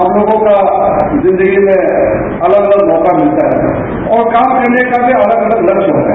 हम लोगों को जिंदगी में अलग अलग मौका भिलता है और काम करने का भी अलग अलग लक्ष्य होता है